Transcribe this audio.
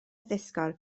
addysgol